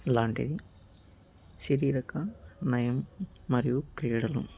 లాంటిది శారీరక నయం మరియు క్రీడలు